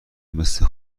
مثل